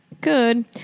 Good